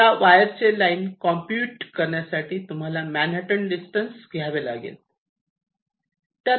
या वायरचे line compute करण्यासाठी तुम्हाला मॅनहॅटन डिस्टन्स घ्यावे लागेल